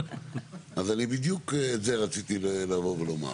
אז אני בדיוק את זה רציתי לבוא ולומר.